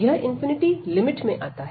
यह लिमिट में आता है